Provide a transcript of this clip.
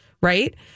Right